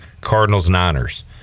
Cardinals-Niners